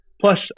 plus